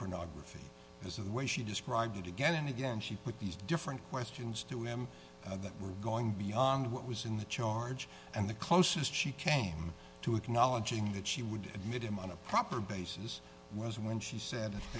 pornography is the way she described it again and again she put these different questions to him that were going beyond what was in the charge and the closest she came to acknowledging that she would meet him on a proper basis was when she said